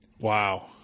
Wow